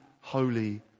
holy